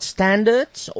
Standards